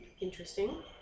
Interesting